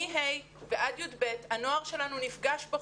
מכיתה ה' ועד כיתה י"ב, הנוער שלנו נפגש בחוץ.